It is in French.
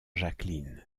jacqueline